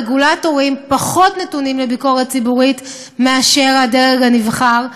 רגולטורים פחות נתונים לביקורת ציבורית מאשר הדרג הנבחר,